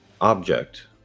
object